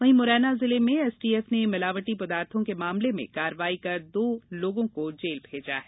वहीं मुरैना जिले में एसटीएफ ने मिलावटी पदार्थों के मामलों में कार्रवाई कर दो लोगों को जेल भेजा है